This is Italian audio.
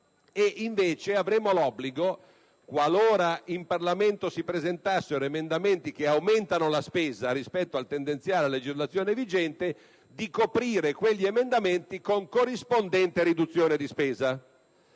imporrebbe l'obbligo, qualora in Parlamento si presentassero emendamenti che aumentano la spesa rispetto al tendenziale a legislazione vigente, di coprire quegli emendamenti con corrispondente riduzione di spesa.